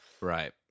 Right